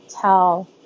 tell